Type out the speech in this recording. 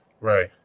Right